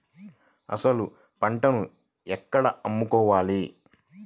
అసలు పంటను ఎక్కడ అమ్ముకోవాలి?